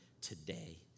today